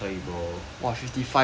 !wah! fifty five leh